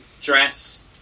dress